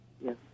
Yes